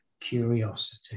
curiosity